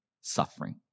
suffering